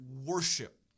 worship